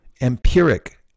empiric